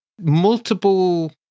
multiple